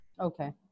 Okay